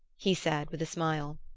he said with a smile.